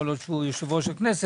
כל עוד הוא יושב ראש הכנסת,